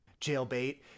jailbait